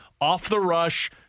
off-the-rush